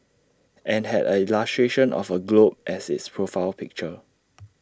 and had A illustration of A globe as its profile picture